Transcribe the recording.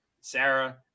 Sarah